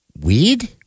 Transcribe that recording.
weed